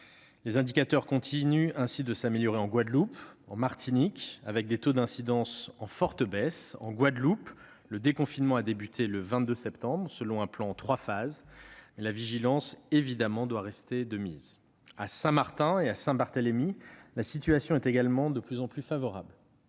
Les indicateurs continuent ainsi d'aller dans le bon sens en Guadeloupe et en Martinique, avec des taux d'incidence en forte baisse. En Guadeloupe, le déconfinement a débuté le 22 septembre selon un plan en trois phases, mais la vigilance doit évidemment rester de mise. À Saint-Martin et Saint-Barthélemy, la situation est également de plus en plus favorable.